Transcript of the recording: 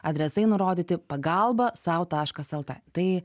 adresai nurodyti pagalba sau taškas lt tai